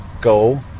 go